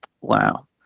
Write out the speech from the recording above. wow